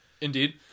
Indeed